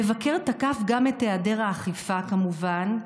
המבקר תקף גם את היעדר האכיפה, כמובן,